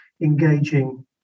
engaging